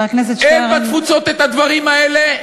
חבר הכנסת שטרן, אין בתפוצות הדברים האלה?